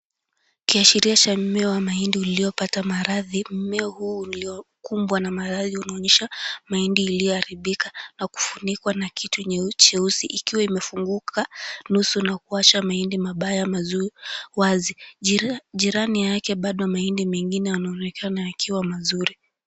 Kiashiria cha mmea wa mahindi uliopata maradhi, mmea huu uliokumbwa na maradhi unaonyesha mahindi iliyoharibika na kufunikwa na kitu cheusi ikiwa imefunguka nusu na kuacha mahindi mazuri wazi. Jirani yake bado mahindi mengine yanaonekana yakiwa mazuri.